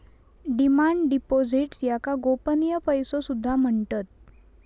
demand deposits याका गोपनीय पैसो सुद्धा म्हणतत